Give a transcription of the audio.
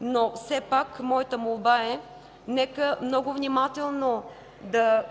но все пак моята молба е: нека много внимателно да